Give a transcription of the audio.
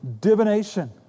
Divination